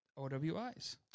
OWI's